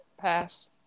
Pass